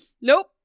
Nope